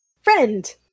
friend